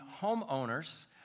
homeowners